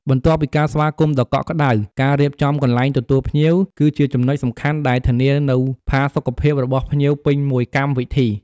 បន្ទាប់ពីការស្វាគមន៍ដ៏កក់ក្តៅ ការរៀបចំកន្លែងទទួលភ្ញៀវ គឺជាចំណុចសំខាន់ដែលធានានូវផាសុខភាពរបស់ភ្ញៀវពេញមួយកម្មវិធី។